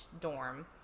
dorm